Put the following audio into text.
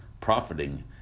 profiting